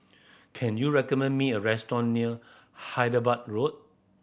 can you recommend me a restaurant near Hyderabad Road